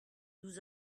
nous